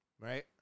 right